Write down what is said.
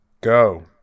go